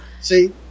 See